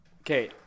Okay